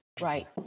Right